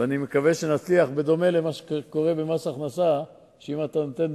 ואני מסיים את התפקיד עם 38. נוספו לנו